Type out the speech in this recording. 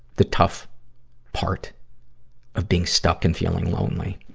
the tough part of being stuck and feeling lonely.